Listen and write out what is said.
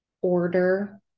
order